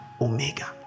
Omega